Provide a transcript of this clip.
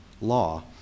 law